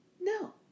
No